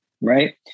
Right